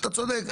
אתה צודק,